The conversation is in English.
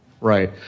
Right